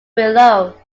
below